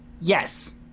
Yes